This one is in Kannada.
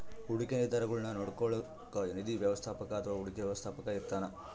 ಹೂಡಿಕೆ ನಿರ್ಧಾರಗುಳ್ನ ನೋಡ್ಕೋಳೋಕ್ಕ ನಿಧಿ ವ್ಯವಸ್ಥಾಪಕ ಅಥವಾ ಹೂಡಿಕೆ ವ್ಯವಸ್ಥಾಪಕ ಇರ್ತಾನ